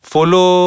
Follow